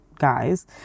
guys